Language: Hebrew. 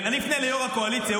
אני אפנה ליו"ר הקואליציה,